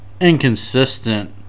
inconsistent